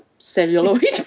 celluloid